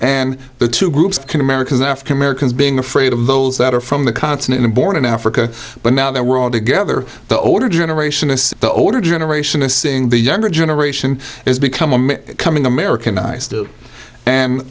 and the two groups can american african americans being afraid of those that are from the continent and born in africa but now that we're all together the older generation is the older generation of seeing the younger generation it's become a coming americanised and